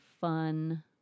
fun